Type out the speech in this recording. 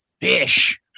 Fish